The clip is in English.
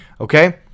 Okay